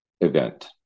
Event